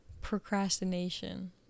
procrastination